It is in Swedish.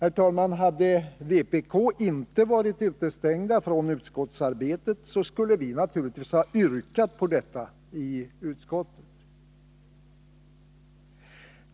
Hade vpk inte varit utestängt från utskottsarbetet, skulle vi naturligtvis ha yrkat på detta i utskottet.